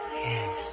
Yes